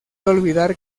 olvidar